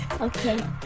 Okay